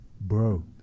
bro